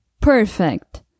Perfect